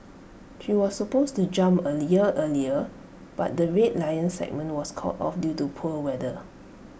she was supposed to jump A year earlier but the Red Lions segment was called off due to poor weather